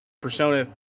Persona